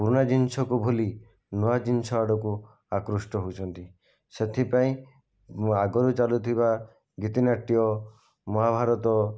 ପୁରୁଣା ଜିନିଷକୁ ଭୁଲି ନୂଆ ଜିନିଷ ଆଡ଼କୁ ଆକୃଷ୍ଟ ହେଉଛନ୍ତି ସେଥିପାଇଁ ଆଗରୁ ଚାଲୁଥିବା ଗିତିନାଟ୍ୟ ମହାଭାରତ